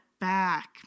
back